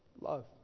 Love